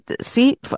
see